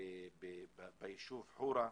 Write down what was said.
ביישוב חורה.